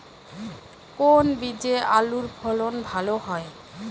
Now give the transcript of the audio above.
কোন বীজে আলুর ফলন ভালো হয়?